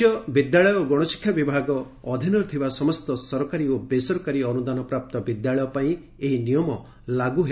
ରାଜ୍ୟ ବିଦ୍ୟାଳୟ ଓ ଗଶଶିକ୍ଷା ବିଭାଗ ଅଧୀନରେ ଥିବା ସମସ୍ତ ସରକାରୀ ଓ ବେସରକାରୀ ଅନୁଦାନପ୍ରାପ୍ତ ବିଦ୍ୟାଳୟ ପାଇଁ ଏହି ନିୟମ ଲାଗୁ ହେବ